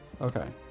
Okay